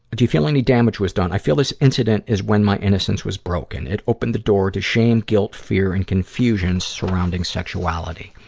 do you feel any damage was done? i feel this incident was when my innocence was broken. it opened the door to shame, guilt, fear, and confusion surrounding sexuality.